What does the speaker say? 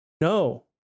no